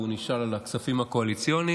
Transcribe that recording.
והוא נשאל על הכספים הקואליציוניים.